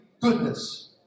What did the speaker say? goodness